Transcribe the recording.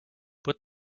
put